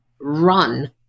run